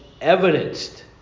evidenced